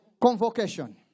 convocation